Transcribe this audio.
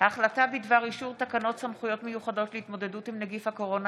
החלטה בדבר אישור תקנות סמכויות מיוחדות להתמודדות עם נגיף הקורונה